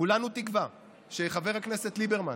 כולנו תקווה שחבר הכנסת ליברמן